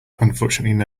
unfortunately